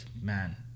man